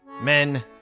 men